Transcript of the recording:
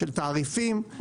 של תעריפים,